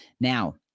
Now